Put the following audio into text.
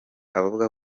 avuga